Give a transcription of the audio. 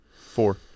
Four